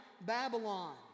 Babylon